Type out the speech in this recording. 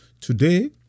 Today